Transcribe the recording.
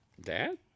dad